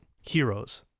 Heroes